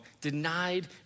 denied